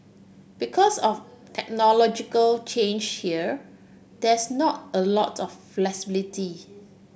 because of technological change here there's not a lot of flexibility